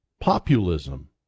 populism